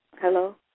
Hello